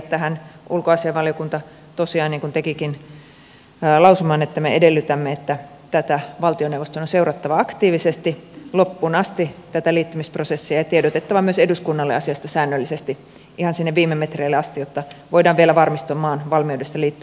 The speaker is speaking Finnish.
tähän ulkoasiainvaliokunta tosiaan tekikin lausuman että me edellytämme että valtioneuvoston on seurattava aktiivisesti loppuun asti tätä liittymisprosessia ja tiedotettava myös eduskunnalle asiasta säännöllisesti ihan sinne viime metreille asti jotta voidaan vielä varmistua maan valmiudesta liittyä unioniin